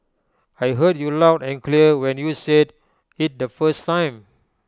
I heard you loud and clear when you said IT the first time